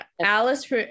Alice